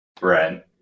Right